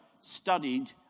studied